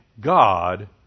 God